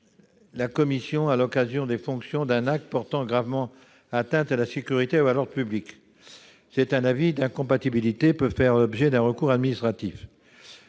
à l'occasion de l'exercice de ces fonctions, d'un acte portant gravement atteinte à la sécurité ou à l'ordre public. Cet avis d'incompatibilité peut faire l'objet d'un recours administratif.